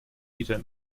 peter